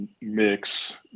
mix